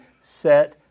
set